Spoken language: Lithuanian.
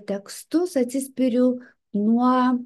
tekstus atsispiriu nuo